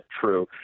true